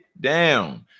down